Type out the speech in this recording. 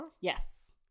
Yes